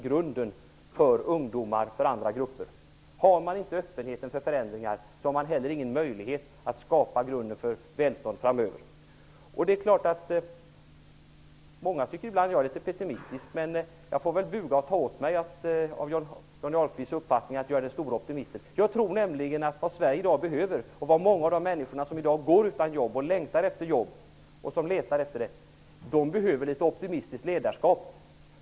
Är man inte öppen för förändringar, har man inte heller någon möjlighet att skapa grunden för välstånd framöver. Det är klart att många tycker att jag ibland är litet pessimistisk. Men jag får väl buga och ta åt mig av Johnny Ahlqvists uppfattning att jag är den store optimisten. Jag tror nämligen att vad Sverige i dag behöver och vad många av de männsikor som går utan jobb och längtar efter jobb behöver är ett optimistiskt ledarskap.